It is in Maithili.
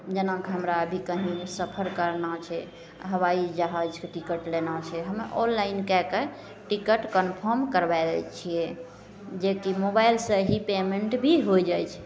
जेनाकि हमरा अभी कहीँ सफर करना छै अँ हवाइ जहाजके टिकट लेना छै हमे ऑनलाइन कै के टिकट कन्फर्म करबै लै छिए जेकि मोबाइलसे ही पेमेन्ट भी हो जाइ छै